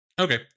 Okay